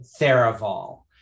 Theraval